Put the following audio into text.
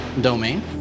domain